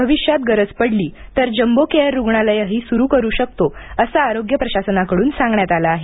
भविष्यात गरज पडली तर जम्बो केअर रुग्णालयही सुरू करू शकतो असं आरोग्य प्रशासनाकडून सांगण्यात आलं आहे